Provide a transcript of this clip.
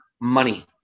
money